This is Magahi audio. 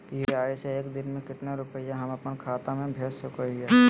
यू.पी.आई से एक दिन में कितना रुपैया हम अपन खाता से भेज सको हियय?